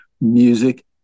music